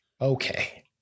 Okay